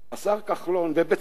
השר כחלון אמר, ובצדק,